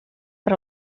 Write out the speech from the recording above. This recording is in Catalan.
per